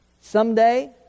someday